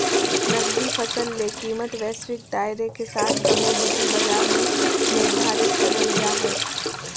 नकदी फसल ले कीमतवैश्विक दायरेके साथकमोडिटी बाजार में निर्धारित करल जा हइ